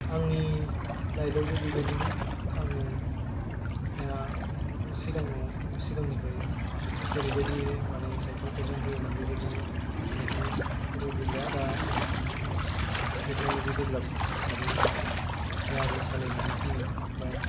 आंनि लाइफाबो बेबायदिनो आङो दा सिगाङाव सिगांनिफ्राय जेरैबायदि माने साइकेल फोरजों फैयोमोन बेबायदि साइकेल फोर गैलिया दा टेकन'लजि देभ्लाप हिसाबै जोङो गारि सालायनानै फैयो एबा